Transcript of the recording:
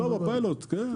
אצלו בפיילוט, כן.